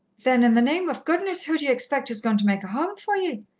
then, in the name of goodness, who do ye expect is going to make a home for ye?